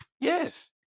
yes